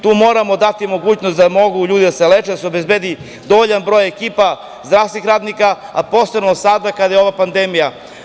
Tu moramo dati mogućnost da mogu ljudi da se leče, da se obezbedi dovoljan broj ekipa zdravstvenih radnika, a posebno sada, kada je ova pandemija.